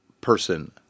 person